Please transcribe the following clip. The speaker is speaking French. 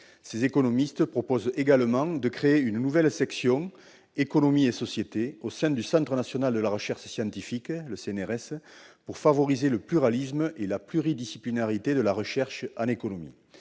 Ces économistes proposent également de créer une nouvelle section, « économie et sociétés », au sein du Centre national de la recherche scientifique, le CNRS, pour favoriser le pluralisme et la pluridisciplinarité de la recherche en économie.